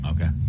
Okay